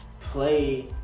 play